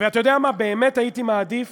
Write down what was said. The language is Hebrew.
ואתה יודע מה, באמת הייתי מעדיף